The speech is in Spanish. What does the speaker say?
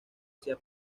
sea